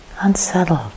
unsettled